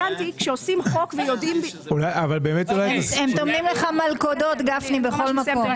גפני, הם טומנים לך מלכודות בכל מקום.